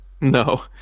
No